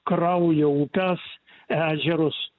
kraujo upes ežerus